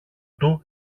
του